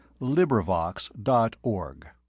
LibriVox.org